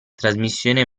trasmissione